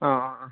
ആ ആ ആ